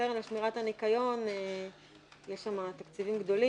הקרן לשמירת הניקיון יש שם תקציבים גדולים,